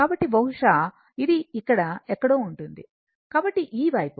కాబట్టి బహుశా ఇది ఇక్కడ ఎక్కడో ఉంటుంది కాబట్టి ఈ వైపు